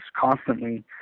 constantly